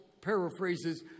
paraphrases